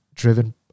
driven